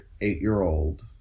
eight-year-old